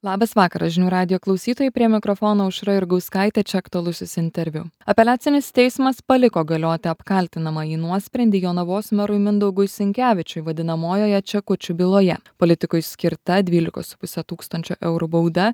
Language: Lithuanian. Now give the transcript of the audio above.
labas vakaras žinių radijo klausytojai prie mikrofono aušra jurgauskaitė čia aktualusis interviu apeliacinis teismas paliko galioti apkaltinamąjį nuosprendį jonavos merui mindaugui sinkevičiui vadinamojoje čekučių byloje politikui skirta dvylikos su puse tūkstančio eurų bauda